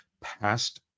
past